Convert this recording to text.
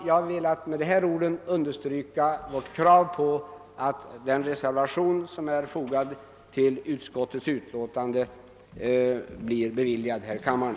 Jag har med dessa ord velat understryka vårt krav på att den reservation som är fogad till utskottets betänkande blir bifallen här i kammaren.